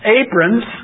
aprons